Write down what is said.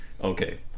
Okay